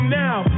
now